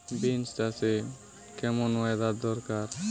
Beans চাষে কেমন weather দরকার?